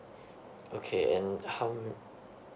okay and how